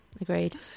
agreed